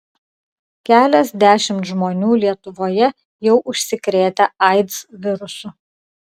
keliasdešimt žmonių lietuvoje jau užsikrėtę aids virusu